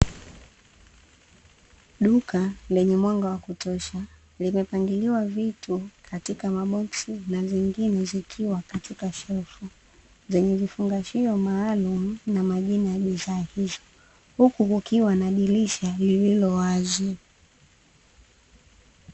Duka lenye mwanga wa kutosha limepangiliwa vitu katika maboksi na zingine zikiwa katika shelfu, zenye vifungashio maalumu na majina ya bidhaa hizo huku kukiwa na dirisha lililo wazi.